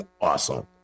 awesome